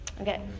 Okay